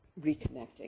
reconnecting